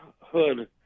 hood